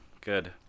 good